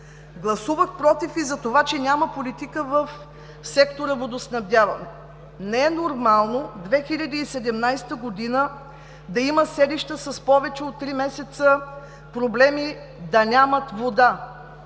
Гласувах „против“ и за това, че няма политика в сектора „Водоснабдяване“. Не е нормално през 2017 г. да има селища с повече от три месеца проблеми – да нямат вода,